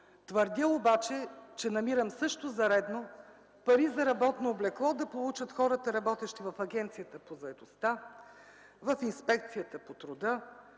Твърдя обаче, че намирам също за редно пари за работно облекло да получат хората, работещи в Агенцията по заетостта, в Инспекцията по труда,